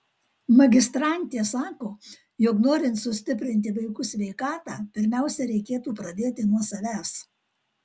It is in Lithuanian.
magistrantė sako jog norint sustiprinti vaikų sveikatą pirmiausia reikėtų pradėti nuo savęs